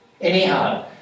Anyhow